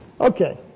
Okay